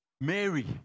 Mary